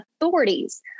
authorities